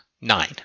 nine